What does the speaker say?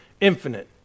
infinite